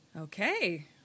Okay